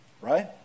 right